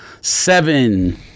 seven